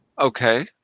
Okay